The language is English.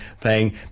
playing